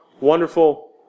wonderful